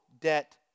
debt